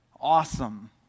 awesome